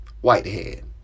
whitehead